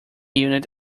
unit